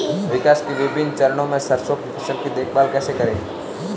विकास के विभिन्न चरणों में सरसों की फसल की देखभाल कैसे करें?